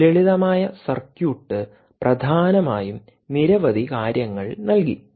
ഈ ലളിതമായ സർക്യൂട്ട് പ്രധാനമായും നിരവധി കാര്യങ്ങൾ നൽകി